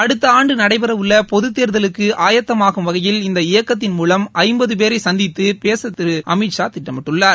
அடுத்த ஆண்டு நடைபெறவுள்ள பொதுத்தேர்தலுக்கு ஆயத்தமாகும் வகையில் இந்த இயக்கத்தின் மூலம் ஜம்பது பேரை சந்தித்து பேச திரு அமித்ஷா திட்டமிட்டுள்ளார்